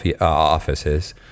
offices